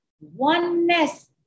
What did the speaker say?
oneness